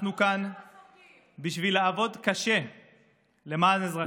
אנחנו כאן בשביל לעבוד קשה למען אזרחי ישראל.